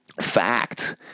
fact